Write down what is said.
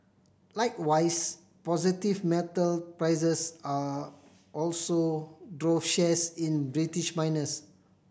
likewise positive metal prices are also drove shares in British miners